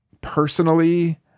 Personally